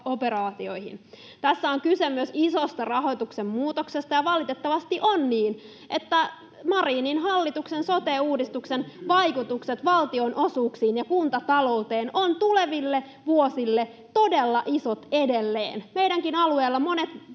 Tässä on kyse myös isosta rahoituksen muutoksesta, ja valitettavasti on niin, että Marinin hallituksen sote-uudistuksen vaikutukset valtionosuuksiin ja kuntatalouteen ovat tuleville vuosille todella isot edelleen. Meidänkin alueella monet